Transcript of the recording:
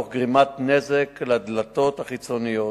תוך גרימת נזק לדלתות החיצוניות,